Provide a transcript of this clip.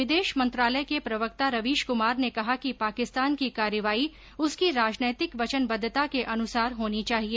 विदेश मंत्रालय के प्रवक्ता रवीश कुमार ने कहा कि पाकिस्तान की कार्रवाई उसकी राजनीतिक वचनवद्वता के अनुसार होनी चाहिए